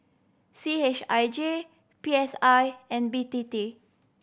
C H I J P S I and B T T